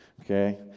okay